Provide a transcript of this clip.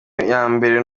yambere